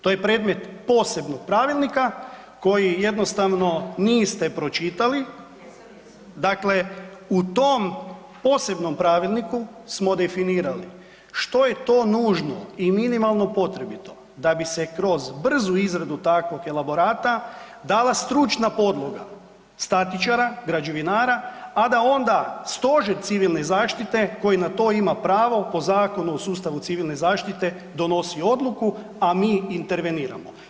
To je predmet posebnog pravilnika koji jednostavno niste pročitali, dakle u tom posebnom pravilniku smo definirali što je ti nužno i minimalno potrebito da bi se kroz brzu izradu takvog elaborata dala stručna podloga statičara-građevinara a da onda Stožer civilne zaštite koji na to ima pravo po Zakonu o sustavu civilne zaštite, donosi odluku a mi interveniramo.